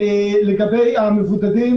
לגבי המבודדים